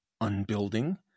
unbuilding